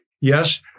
yes